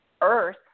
Earth